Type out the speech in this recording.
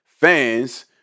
fans